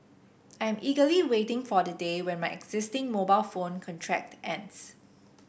I am eagerly waiting for the day when my existing mobile phone contract ends